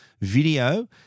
Video